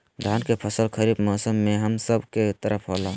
धान के फसल खरीफ मौसम में हम सब के तरफ होला